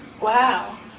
Wow